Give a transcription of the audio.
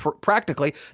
practically